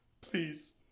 Please